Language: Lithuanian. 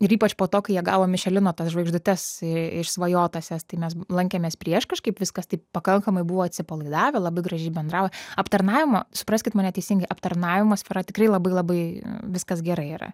ir ypač po to kai jie gavo mišelino žvaigždutes išsvajotąsias tai mes lankėmės prieš kažkaip viskas taip pakankamai buvo atsipalaidavę labai gražiai bendravo aptarnavimo supraskit mane teisingai aptarnavimo sfera tikrai labai labai viskas gerai yra